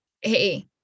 hey